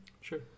Sure